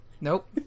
Nope